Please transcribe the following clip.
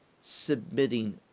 submitting